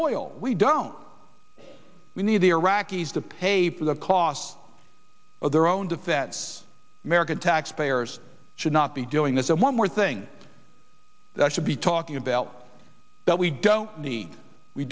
oil we don't we need the iraqis to pay the cost of their own defense american taxpayers should not be doing this and one more thing that should be talking about that we don't need we